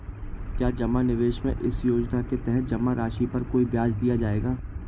क्या जमा निवेश में इस योजना के तहत जमा राशि पर कोई ब्याज दिया जाएगा?